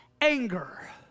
anger